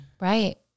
right